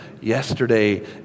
yesterday